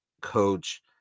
coach